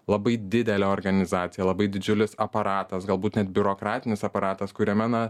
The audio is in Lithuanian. labai didelė organizacija labai didžiulis aparatas galbūt net biurokratinis aparatas kuriame na